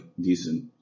decent